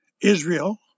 Israel